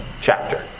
chapter